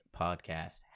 podcast